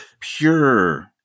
pure